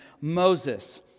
Moses